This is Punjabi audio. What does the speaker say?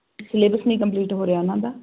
ਸਿਲੇਬਸ ਨੀ ਕੰਪਲੀਟ ਹੋ ਰਿਹਾ ਉਹਨਾਂ ਦਾ